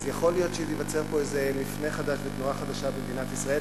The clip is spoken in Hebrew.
אז יכול להיות שייווצר פה איזה מפנה חדש ותנועה חדשה במדינת ישראל.